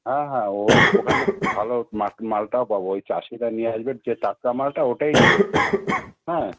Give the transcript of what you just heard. হ্যাঁ হ্যাঁ ওই ওখানে ভালো মাট মালটাও পাবো ওই চাষিরা নিয়ে আসবে যে টাটকা মালটা ওটাই নেবো হ্যাঁ